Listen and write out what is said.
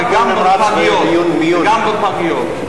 וגם בפגיות.